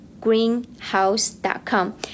greenhouse.com